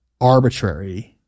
arbitrary